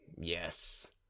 Yes